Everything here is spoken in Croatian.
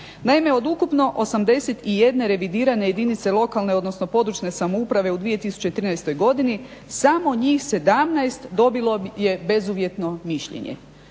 Naime od ukupno 81 revidirane jedinice lokalne odnosno područne samouprave u 2013.godini samo njih 17 dobilo je bezuvjetno mišljenje,